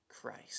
Christ